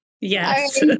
Yes